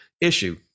issue